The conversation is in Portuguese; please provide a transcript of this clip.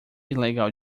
ilegal